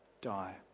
die